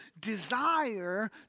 desire